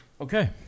Okay